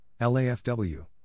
LAFW